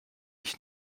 ich